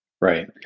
Right